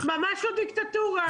ממש לא דיקטטורה.